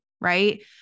right